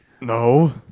No